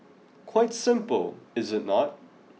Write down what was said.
quite simple is it not